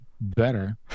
better